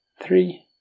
three